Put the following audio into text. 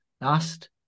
last